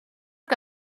que